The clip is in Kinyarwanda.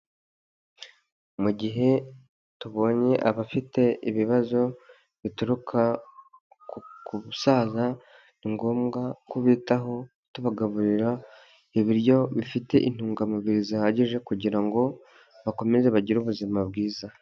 Mu gihe tubonye abafite ibibazo bituruka ku busaza ni ngombwa kubitaho tubagaburira ibiryo bifite intungamubiri zihagije kugira ngo bakomeze bagire ubuzima bwiza.